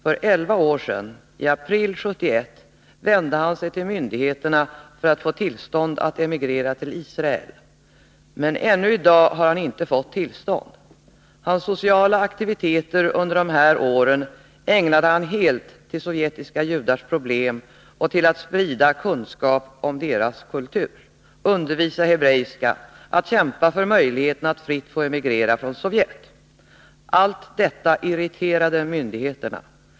För elva år sedan, i april 1971, vände han sig till myndigheterna för att få tillstånd att emigrera till Israel. Men ännu i dag har han inte fått tillstånd. Sina sociala aktiviteter under de här åren ägnade han helt åt sovjetiska judars problem och åt att sprida kunskap om deras kultur, undervisa i hebreiska, att kämpa för möjligheten att fritt få emigrera från Sovjet. Allt detta irriterade myndigheterna.